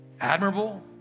admirable